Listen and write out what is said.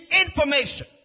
Information